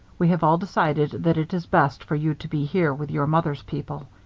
we have all decided that it is best for you to be here with your mother's people.